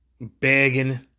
begging